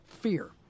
fear